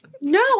No